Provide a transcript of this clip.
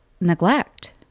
neglect